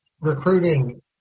recruiting